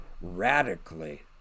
radically